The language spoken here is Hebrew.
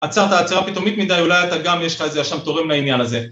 עצרת עצרה פתאומית מדי אולי אתה גם יש לך איזה שם תורם לעניין הזה.